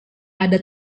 ada